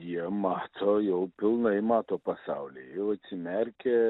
jie mato jau pilnai mato pasaulį jau atsimerkė